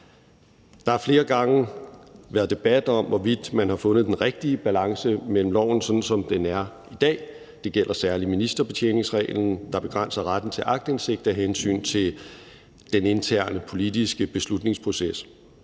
Der har flere gange været debat om, hvorvidt man har fundet den rigtige balance med loven, sådan som den er i dag. Det gælder særlig ministerbetjeningsreglen, der begrænser retten til aktindsigt af hensyn til den interne politiske beslutningsproces.